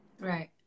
Right